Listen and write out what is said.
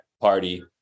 party